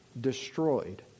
destroyed